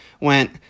went